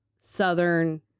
southern